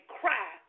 cry